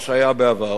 מה שהיה בעבר,